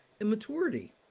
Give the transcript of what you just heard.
immaturity